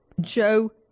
Joe